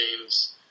Games